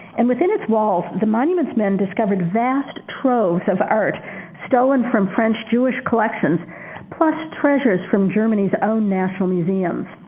and within its walls the monuments men discovered vast troves of art stolen from french-jewish collections plus treasures from germany's own national museums.